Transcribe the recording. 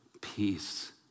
Peace